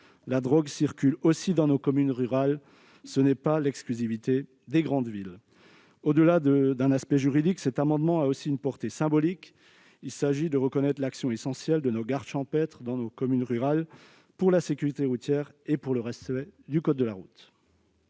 La drogue circule aussi dans nos communes rurales, ce n'est pas propre aux grandes villes. Au-delà d'un aspect juridique, cet amendement a aussi une portée symbolique. Il s'agit de reconnaître l'action essentielle de nos gardes champêtres dans nos communes rurales pour la sécurité routière et le respect du code de la route.